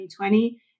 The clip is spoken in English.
2020